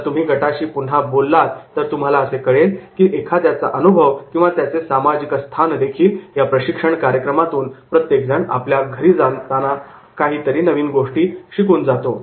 जर तुम्ही गटाशी पुन्हा बोललात तर तुम्हाला असे कळेल की एखाद्याचा अनुभव किंवा त्याचे सामाजिक स्थान यापेक्षादेखील या प्रशिक्षण कार्यक्रमातून प्रत्येकजण आपल्या घरी जाताना काहीतरी नवीन गोष्टी शिकून जाऊ शकतो